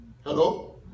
Hello